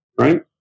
right